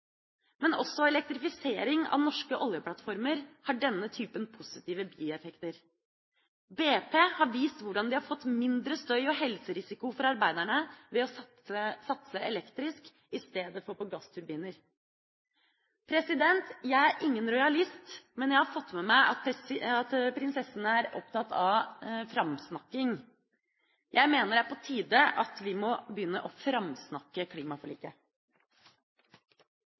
Men også elektrifisering av norske oljeplattformer har denne typen positive bieffekter. BP har vist hvordan de har fått mindre støy og helserisiko for arbeiderne ved å satse elektrisk i stedet for på gassturbiner. Jeg er ingen rojalist, men jeg har fått med meg at prinsessen er opptatt av framsnakking. Jeg mener det er på tide at vi må begynne å framsnakke klimaforliket.